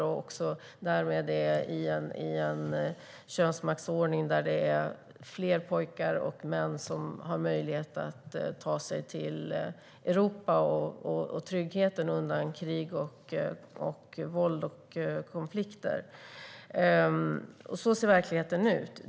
Därmed befinner de sig i en könsmaktsordning där det är fler pojkar och män som har möjlighet att ta sig till Europa och tryggheten undan krig, våld och konflikter. Så ser verkligheten ut.